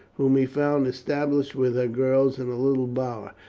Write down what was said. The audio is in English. whom he found established with her girls in a little bower.